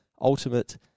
ultimate